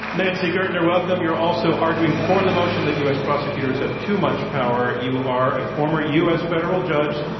nancy gertner, welcome. you're also arguing for the motion that u. s. prosecutors have too much power. you are a former u. s. federal judge.